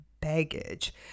baggage